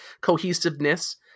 cohesiveness